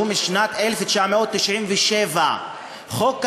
שהוא משנת 1997. חוק כזה,